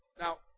Now